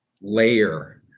layer